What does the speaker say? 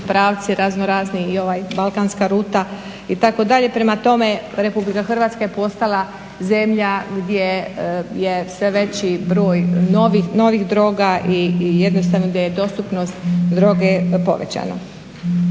pravci raznorazni i ova balkanska ruta itd., prema tome RH je postala zemlja gdje je sve veći broj novih droga i jednostavno gdje je dostupnost droge povećana.